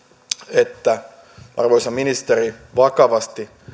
että arvoisa ministeri vakavasti